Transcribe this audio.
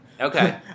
Okay